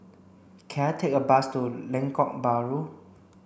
can I take a bus to Lengkok Bahru